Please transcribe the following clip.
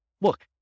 look